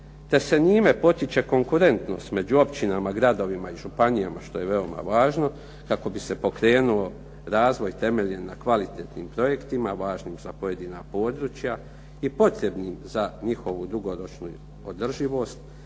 te se njime potiče konkurentnost među općinama, gradovima i županijama što je veoma važno kako bi se pokrenuo razvoj temeljen na kvalitetnim projektima važnim za pojedina područja i potrebnim za njihovu dugoročnu održivost